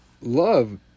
love